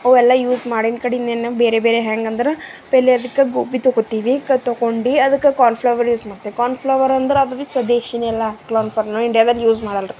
ಅವೆಲ್ಲ ಯೂಸ್ ಮಾಡಿನ್ನ ಕಡಿಂದೇನೆ ಬೇರೆ ಬೇರೆ ಹೆಂಗಂದ್ರೆ ಪೆಹ್ಲೆ ಅದಕ್ಕೆ ಗೋಬಿ ತೊಗೋತಿವಿ ಕ ತೊಗೋಂಡಿ ಅದಕ್ಕೆ ಕಾರ್ನ್ಫ್ಲವರ್ ಯೂಸ್ ಮಾಡ್ತೀವಿ ಕಾರ್ನ್ಫ್ಲವರಂದ್ರ ಅದು ಬಿ ಸ್ವದೇಶಿ ಅಲ್ಲ ಕಾರ್ನ್ಫ್ಲವರ್ ನಾವು ಇಂಡಿಯಾದಲ್ಲಿ ಯೂಸ್ ಮಾಡೋಲ್ರಿ